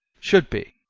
should be!